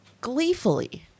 gleefully